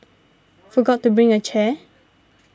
forgot to bring a chair